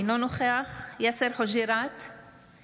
אינו נוכח יאסר חוג'יראת,